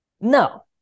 No